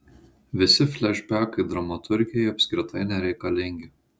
visi flešbekai dramaturgijai apskritai nereikalingi